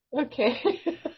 Okay